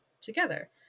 together